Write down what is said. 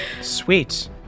Sweet